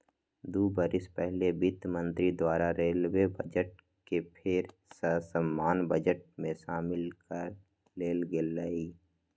दू बरिस पहिले वित्त मंत्री द्वारा रेलवे बजट के फेर सँ सामान्य बजट में सामिल क लेल गेलइ